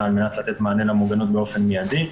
על מנת לתת מענה למוגנות באופן מידי.